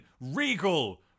Regal